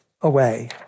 away